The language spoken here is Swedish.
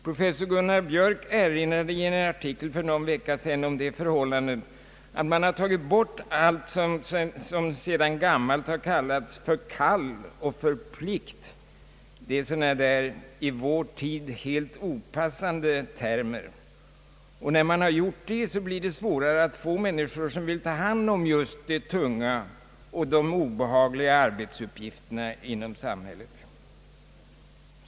Professor Gunnar Biörck erinrade i en artikel för någon vecka sedan om det förhållandet att man har tagit bort allt som sedan gammalt har kallats för kall och för plikt; det är sådana där i vår tid helt opassande termer. När man gjort det blir det svårare att få människor som vill ta hand om just de tunga och de obehagliga arbetsuppgifterna inom samhället.